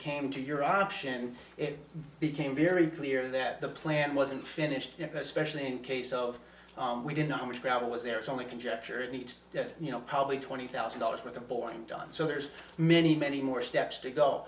came to your auction it became very clear that the plan wasn't finished especially in case of we didn't know how much travel was there it's only conjecture it needs you know probably twenty thousand dollars for the boarding done so there's many many more steps to go